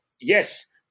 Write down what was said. yes